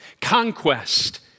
conquest